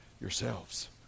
yourselves